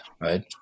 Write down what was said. right